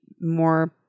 more